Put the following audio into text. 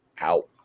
out